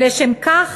ולשם כך